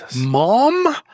mom